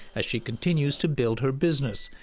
as she continues to build her business.